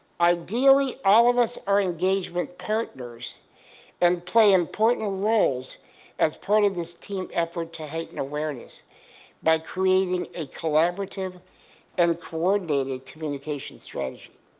ideally all of us are engagement partners and play important roles as part of this team effort and to heighten awareness by creating a collaborative and coordinated communication strategy.